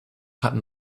hatten